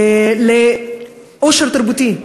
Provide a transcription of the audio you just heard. לעושר תרבותי.